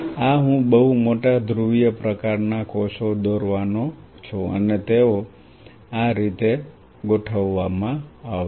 આ હું બહુ મોટા ધ્રુવીય પ્રકાર ના કોષો દોરવાનો છું અને તેઓ આ રીતે ગોઠવવામાં આવશે